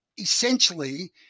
essentially